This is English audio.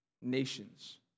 nations